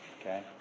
okay